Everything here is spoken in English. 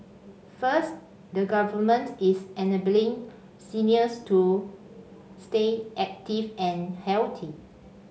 first the Government is enabling seniors to stay active and healthy